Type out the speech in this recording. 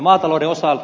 maatalouden osalta